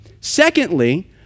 Secondly